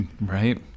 Right